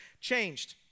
changed